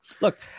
Look